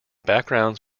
backgrounds